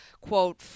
quote